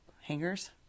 hangers